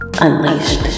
Unleashed